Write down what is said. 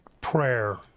prayer